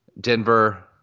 Denver